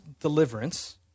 deliverance